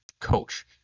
coach